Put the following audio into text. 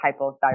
hypothyroid